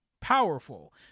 powerful